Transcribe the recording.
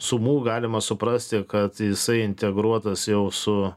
sumų galima suprasti kad jisai integruotas jau su